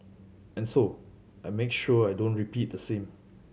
and so I make sure I don't repeat the thing